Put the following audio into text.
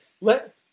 let